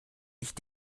ich